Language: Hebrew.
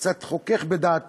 קצת חוכך בדעתו,